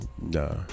Nah